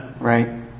Right